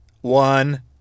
one